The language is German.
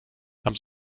haben